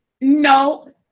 No